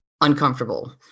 Uncomfortable